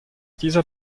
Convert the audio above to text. dieser